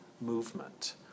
movement